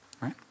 Right